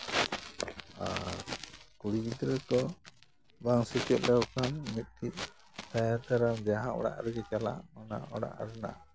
ᱟᱨ ᱠᱩᱲᱤ ᱜᱤᱫᱽᱨᱟᱹ ᱠᱚ ᱵᱟᱝ ᱥᱮᱪᱮᱫ ᱞᱮᱠᱚ ᱠᱷᱟᱱ ᱢᱤᱫᱴᱤᱡ ᱛᱟᱭᱚᱢ ᱫᱟᱨᱟᱢ ᱡᱟᱦᱟᱸ ᱚᱲᱟᱜ ᱨᱮᱜᱮᱭ ᱪᱟᱞᱟᱜ ᱚᱱᱟ ᱚᱲᱟᱜ ᱨᱮᱱᱟᱜ